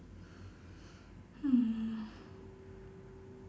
hmm